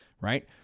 right